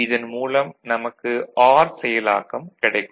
இதன் மூலம் நமக்கு ஆர் செயலாக்கம் கிடைக்கும்